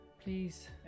Please